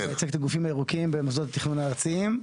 אני מייצג את הגופים הירוקים במוסדות התכנון הארציים.